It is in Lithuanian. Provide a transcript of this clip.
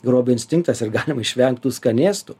grobio instinktas ir galima išvengt tų skanėstų